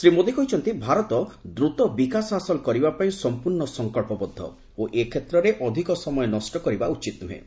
ଶ୍ରୀ ମୋଦୀ କହିଛନ୍ତି ଭାରତ ଦ୍ରୁତ ବିକାଶ ହାସଲ କରିବା ପାଇଁ ସମ୍ପର୍ଣ୍ଣ ସଂକଳ୍ପବଦ୍ଧ ଓ ଏ କ୍ଷେତ୍ରରେ ଅଧିକ ସମୟ ନଷ୍ଟ କରିବା ଉଚିତ ନୁହେଁ